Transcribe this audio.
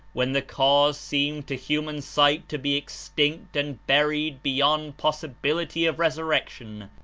when the cause seemed to human sight to be extinct and buried beyond pos sibility of resurrection,